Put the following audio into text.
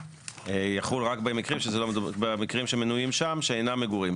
יחול רק במקרים שמנויים שם שאינם מגורים.